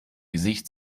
gesicht